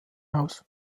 haus